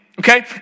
Okay